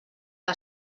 que